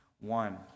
one